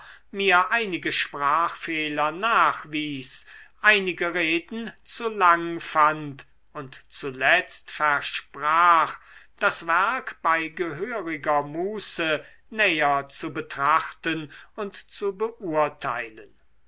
mir einige sprachfehler nachwies einige reden zu lang fand und zuletzt versprach das werk bei gehöriger muße näher zu betrachten und zu beurteilen